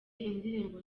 indirimbo